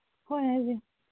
ꯍꯣꯏ ꯍꯥꯏꯕꯤꯌꯨ